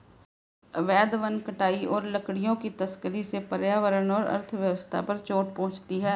अवैध वन कटाई और लकड़ियों की तस्करी से पर्यावरण और अर्थव्यवस्था पर चोट पहुँचती है